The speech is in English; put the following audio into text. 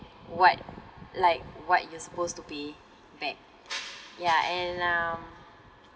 what like what you're supposed to pay back ya and um